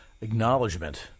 acknowledgement